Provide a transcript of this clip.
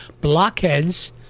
blockheads